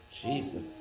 jesus